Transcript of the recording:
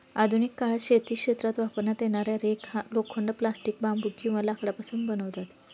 आधुनिक काळात शेती क्षेत्रात वापरण्यात येणारा रेक हा लोखंड, प्लास्टिक, बांबू किंवा लाकडापासून बनवतात